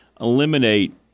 eliminate